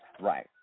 Right